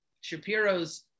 Shapiro's